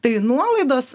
tai nuolaidos